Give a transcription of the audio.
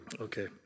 Okay